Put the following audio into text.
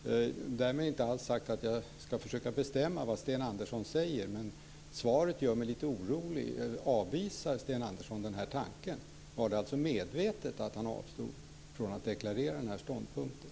Därmed inte sagt att jag ska försöka bestämma vad Sten Andersson säger, men svaret gör mig lite orolig. Avvisar Sten Andersson den här tanken? Var det alltså medvetet som han avstod från att deklarera den ståndpunkten?